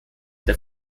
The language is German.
der